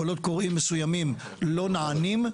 קולות קוראים מסוימים לא נענים,